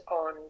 on